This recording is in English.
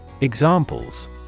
Examples